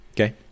Okay